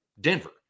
Denver